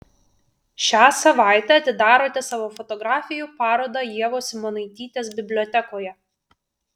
šią savaitę atidarote savo fotografijų parodą ievos simonaitytės bibliotekoje